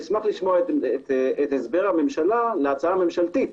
אשמח לשמוע את הסבר הממשלה להצעה הממשלתית.